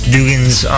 Dugans